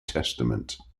testament